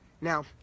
Now